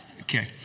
Okay